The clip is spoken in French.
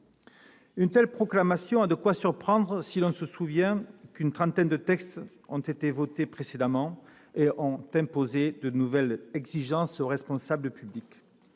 Une telle proclamation a de quoi surprendre, si l'on se souvient de la trentaine de textes qui ont été votés précédemment et qui ont imposé de nouvelles exigences aux responsables publics.